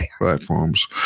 platforms